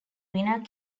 winning